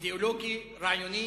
אידיאולוגי רעיוני,